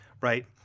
right